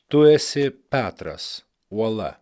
tu esi petras uola